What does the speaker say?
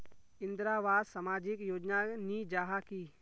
इंदरावास सामाजिक योजना नी जाहा की?